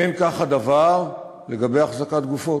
אין כך הדבר לגבי החזקת גופות,